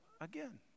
again